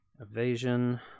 evasion